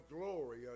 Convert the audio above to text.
glory